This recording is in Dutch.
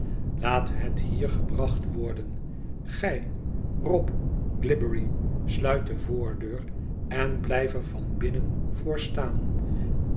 laat het hier gebracht worden gij rob glibbery sluit de voordeur en blijf er van binnen voor staan